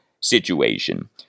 situation